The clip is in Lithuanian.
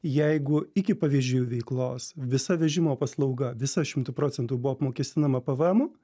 jeigu iki pavyzdžių veiklos visa vežimo paslauga visa šimtu procentų buvo apmokestinama pvmu